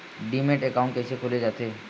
Demat account कइसे खोले जाथे?